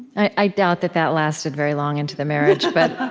i doubt that that lasted very long into the marriage, but,